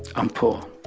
i'm poor.